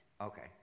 Okay